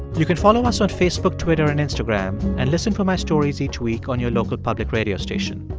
you can follow us on facebook, twitter and instagram and listen for my stories each week on your local public radio station.